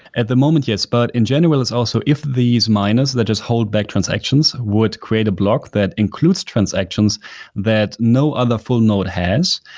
at the moment, yes, but in general it's also if these miners that just hold back transactions would create a block that includes transactions that no other full node has,